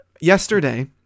yesterday